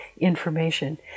information